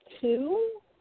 two